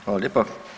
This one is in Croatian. Hvala lijepa.